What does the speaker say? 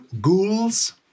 ghouls